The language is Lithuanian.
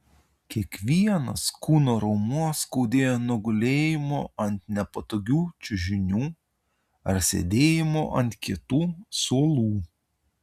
kiekvienas kūno raumuo skaudėjo nuo gulėjimo ant nepatogių čiužinių ar sėdėjimo ant kietų suolų